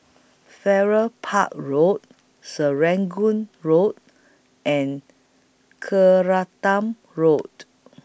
Farrer Park Road Serangoon Road and Road